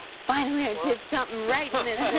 finally, i did somethin' right in